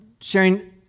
sharing